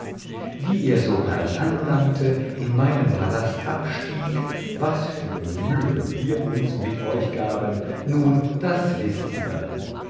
wie er sogleich anlangte in meinem palast abstieg was für mühe wir uns mit euch gaben nun das wißt ihr